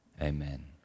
amen